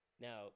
Now